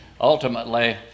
ultimately